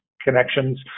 connections